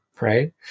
Right